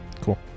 cool